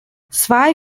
zwei